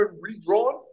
redrawn